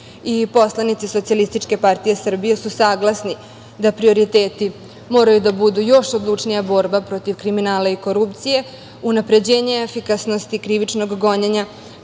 Poslanici SPS su saglasni da prioriteti moraju da budu još odlučnija borba protiv kriminala i korupcije, unapređenje efikasnosti krivičnog gonjenja,